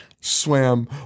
Swam